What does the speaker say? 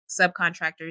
subcontractors